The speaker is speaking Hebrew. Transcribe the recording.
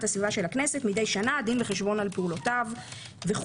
הסביבה של הכנסת מדי שנה דין וחשבון על פעולותיו וכו'.